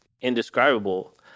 indescribable